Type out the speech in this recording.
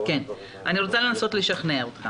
אבל אני רוצה לנסות לשכנע אותך.